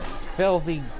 filthy